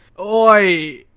Oi